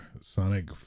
Sonic